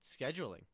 scheduling